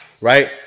right